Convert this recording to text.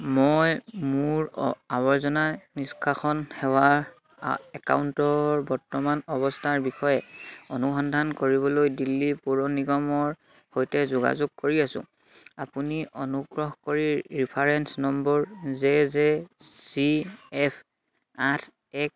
মই মোৰ আৱৰ্জনা নিষ্কাশন সেৱা একাউণ্টৰ বৰ্তমান অৱস্থাৰ বিষয়ে অনুসন্ধান কৰিবলৈ দিল্লী পৌৰ নিগমৰ সৈতে যোগাযোগ কৰি আছোঁ আপুনি অনুগ্ৰহ কৰি reference number J J G F আঠ এক